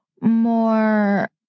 more